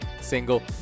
single